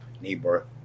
neighbor